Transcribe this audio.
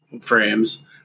frames